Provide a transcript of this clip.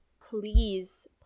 please